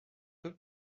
peu